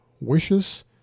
wishes